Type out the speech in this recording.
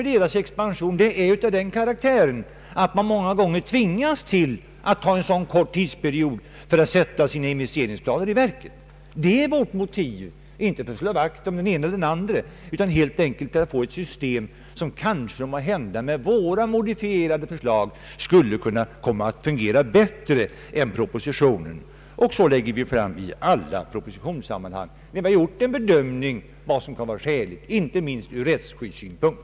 Deras expansion är sådan att de många gånger tvingas till en så kort tidsperiod för att sätta sina investeringsplaner i verket. Det är detta som är vårt motiv. Vi vill inte slå vakt om den ena eller den andra, men vi vill ha ett system som med våra modifierade förslag skulle komma att fungera bättre än propositionens. På detta sätt förfar vi i alla propositionssammanhang. Vi gör en bedömning om vad som är skäligt inte minst ur rättsskyddssynpunkt.